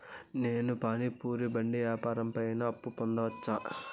నేను పానీ పూరి బండి వ్యాపారం పైన అప్పు పొందవచ్చా?